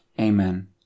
Amen